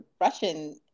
Russian